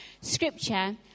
scripture